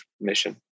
mission